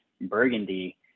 burgundy